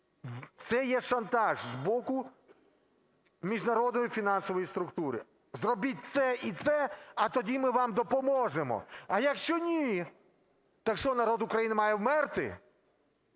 Це є шантаж з боку міжнародної фінансової структури. Зробіть це і це, а тоді ми вам допоможемо. А якщо – ні, так що народ України має вмерти?